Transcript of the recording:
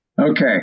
Okay